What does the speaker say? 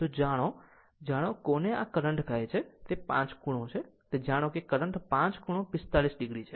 તો જાણો જાણો કોને આ કરંટ કહે છે તે 5 ખૂણો છે તે જાણો કે કરંટ 5 ખૂણો 45 o છે